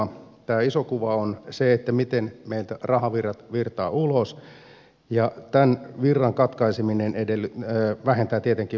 tämä iso kuva on se miten meiltä rahavirrat virtaavat ulos ja tämän virran katkaiseminen vähentää tietenkin velanottoa